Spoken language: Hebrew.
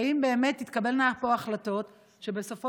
האם באמת תתקבלנה פה החלטות שבסופו